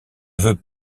veux